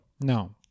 no